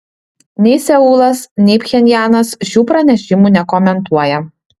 nei seulas nei pchenjanas šių pranešimų nekomentuoja